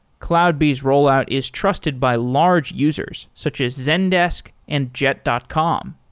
cloudbees rollout is trusted by large users, such as zekdesk and jet dot com.